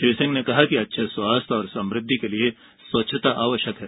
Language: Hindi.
श्री सिंह ने कहा कि स्वास्थ्य और समुदधि के लिये स्वच्छता आवश्यक है